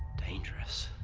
dangerous.